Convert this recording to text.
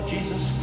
Jesus